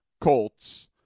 Colts